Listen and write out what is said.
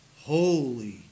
holy